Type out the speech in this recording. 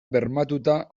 bermatuta